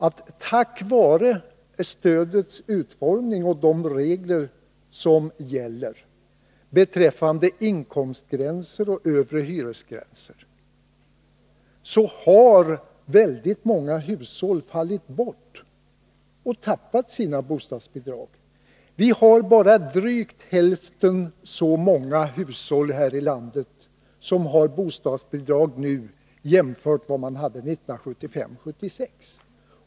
På grund av stödets utformning och de regler som gäller beträffande inkomstgränser och övre hyresgränser har väldigt många hushåll förlorat sina bostadsbidrag. Vi har bara drygt hälften så många hushåll här i landet som har bostadsbidrag nu jämfört med 1975-1976.